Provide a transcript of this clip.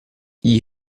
gli